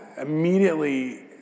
immediately